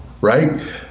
right